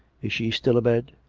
is she still abed?